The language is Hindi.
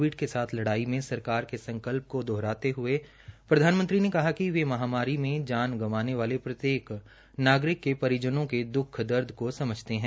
कोविड के साथ लड़ाई में सरकार के संकल्प को दोहराते हये प्रधानमंत्री ने कहा कि वे महामारी में जान गवांने वाले प्रत्येक नागरिक के परिजनों के द्ख दर्द समझते है